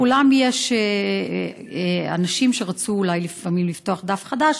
יש אנשים שרצו אולי לפעמים לפתוח דף חדש,